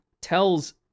tells